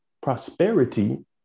prosperity